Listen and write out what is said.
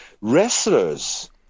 wrestlers